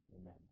amen